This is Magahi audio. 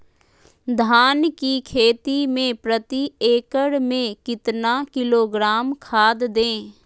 धान की खेती में प्रति एकड़ में कितना किलोग्राम खाद दे?